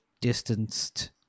distanced